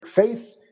faith